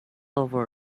over